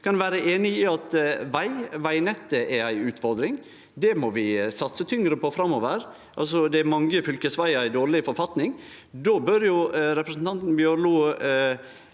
kan vere einig i at vegnettet er ei utfordring. Det må vi satse tyngre på framover. Det er mange fylkesvegar i dårleg forfatning. Då bør representanten Bjørlo